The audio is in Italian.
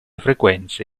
frequenze